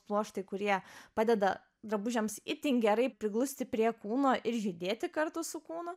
pluoštai kurie padeda drabužiams itin gerai priglusti prie kūno ir judėti kartu su kūnu